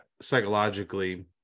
psychologically